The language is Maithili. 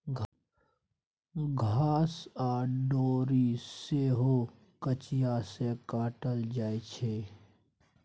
घास आ डोरी सेहो कचिया सँ काटल जाइ छै